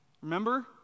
Remember